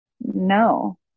no